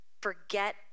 Forget